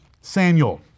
Samuel